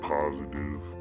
positive